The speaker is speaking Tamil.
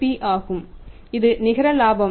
P ஆகும் இது நிகர லாபம்